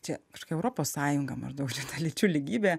čia kažkokia europos sąjunga maždaug čia lyčių lygybė